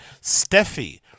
Steffi